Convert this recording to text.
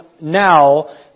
now